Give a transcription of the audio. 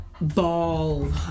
ball